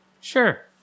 Sure